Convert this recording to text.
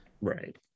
Right